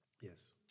Yes